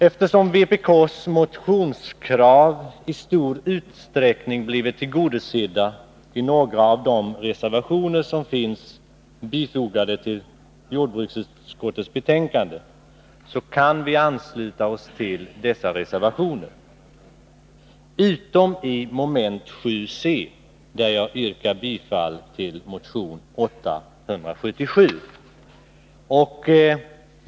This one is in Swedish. Eftersom vpk:s motionskrav i stor utsträckning blivit tillgodosedda i några av de reservationer som är fogade till jordbruksutskottets betänkande, kan vi kanske ansluta oss till dessa reservationer, utom när det gäller mom. 7 c, där jag yrkar bifall till motion 877.